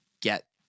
get